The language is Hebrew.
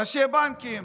ראשי בנקים.